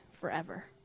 forever